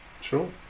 Sure